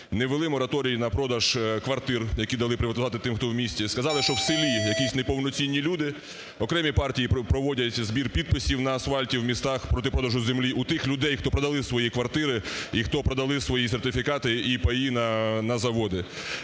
не ввели мораторій на продаж квартир, які дали приватизувати тим, хто в місті, сказали, що в селі якісь неповноцінні люди. Окремі партії проводять збір підписів на асфальті в містах проти продажу землі у тих людей, хто продали свої квартири і хто продали свої сертифікати і паї на заводи.